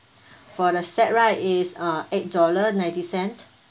for the set right is uh eight dollars ninety cent